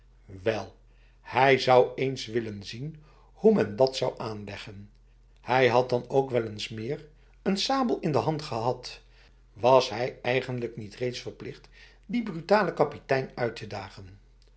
wel hij zou eens willen zien hoe men dat zou aanleggen hij had dan toch ook wel eens meer n sabel in de hand gehad was hij eigenlijk niet reeds verplicht die brutale kapitein uit te dagen